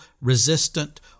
resistant